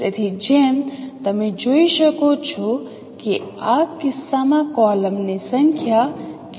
તેથી જેમ તમે જોઈ શકો છો કે આ કિસ્સામાં કોલમની સંખ્યા કેટલી છે